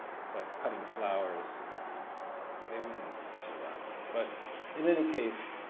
it's like cutting flowers, they wouldn't survive, but in any case,